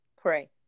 pray